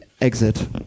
exit